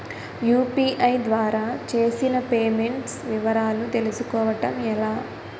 UPI ద్వారా చేసిన payments వివరాలు తెలుసుకోవటం ఎలా?